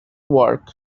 work